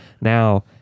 Now